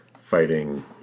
fighting